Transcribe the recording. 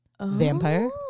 Vampire